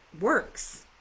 works